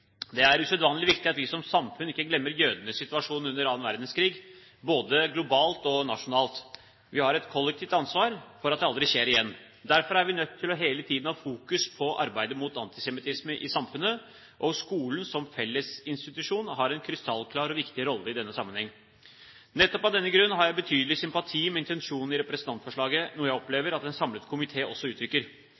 Det er usedvanlig viktig at vi som samfunn ikke glemmer jødenes situasjon under annen verdenskrig, både globalt og nasjonalt. Vi har et kollektivt ansvar for at det aldri skjer igjen. Derfor er vi nødt til hele tiden å ha fokus på arbeidet mot antisemittisme i samfunnet, og skolen som fellesinstitusjon har en krystallklar og viktig rolle i denne sammenheng. Nettopp av denne grunn har jeg betydelig sympati med intensjonen i representantforslaget, noe jeg opplever at en samlet komité også uttrykker.